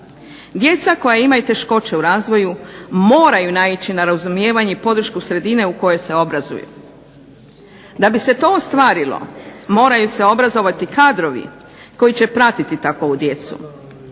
Djeca koja imaju teškoće u razvoju moraju naići na razumijevanje i podršku sredine u kojoj se obrazuju. Da bi se to ostvarilo moraju se obrazovati kadrovi koji će pratiti takovu djecu.